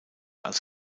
als